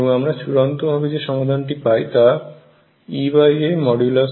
এবং আমরা চূড়ান্ত ভাবে যে সমাধানটি পায় তা EA2vv